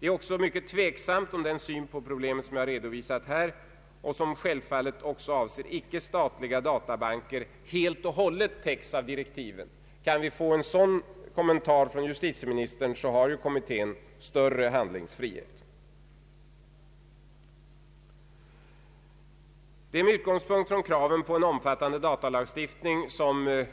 Det är också mycket tveksamt om den syn på problemet som jag redovisat här och som självfallet också avser icke statliga databanker helt och hållet täcks av direktiven. Kan vi få en sådan kommentar från justitieministern, så har kommittén större handlingsfrihet. Det är med utgångspunkt från kraven på en omfattande datalagstiftning som